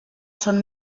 són